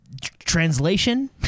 translation